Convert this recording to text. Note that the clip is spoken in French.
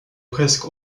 presque